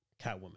Catwoman